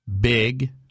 Big